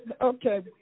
okay